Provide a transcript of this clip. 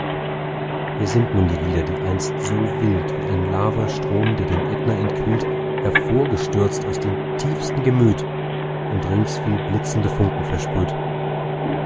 hier sind nun die lieder die einst so wild wie ein lavastrom der dem ätna entquillt hervorgestürzt aus dem tiefsten gemüt und rings viel blitzende funken versprüht